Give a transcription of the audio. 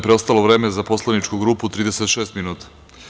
Preostalo vreme za poslaničku grupu je 36 minuta.